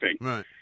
right